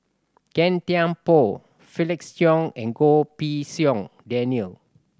Gan Thiam Poh Felix Cheong and Goh Pei Siong Daniel